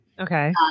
Okay